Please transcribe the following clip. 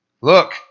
Look